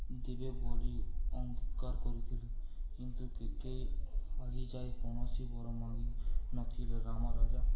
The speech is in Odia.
ଦେବେ ବୋଲି ବୋଲି ଅଙ୍ଗୀକାର କରିଥିଲି କିନ୍ତୁ କୈକେୟୀ ଆଜି ଯାଏଁ କୌଣସି ବଡ଼ ମାଗି ନଥିଲେ ରାମ ରାଜା